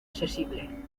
accesible